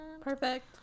Perfect